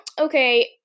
okay